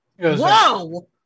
Whoa